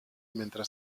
mentre